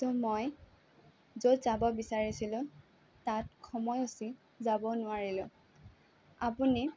ত' মই য'ত যাব বিচাৰিছিলোঁ তাত সময় সূচীত যাব নোৱাৰিলোঁ আপুনি